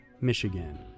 Michigan